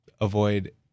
avoid